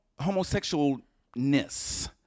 homosexualness